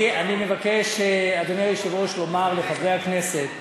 אדוני היושב-ראש, אני מבקש לומר לחברי הכנסת,